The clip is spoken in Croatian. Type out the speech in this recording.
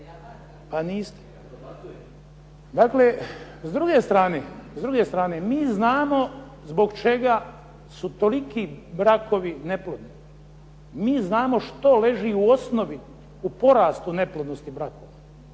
A niste. Dakle, s druge strane mi znamo zbog čega su toliki brakovi neplodni. Mi znamo što leži u osnovi, u porastu neplodnosti brakova.